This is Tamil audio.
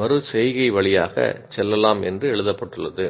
மறு செய்கை வழியாக செல்லலாம் என்று எழுதப்பட்டுள்ளது